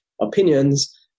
Opinions